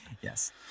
Yes